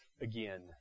again